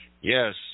yes